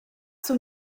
sun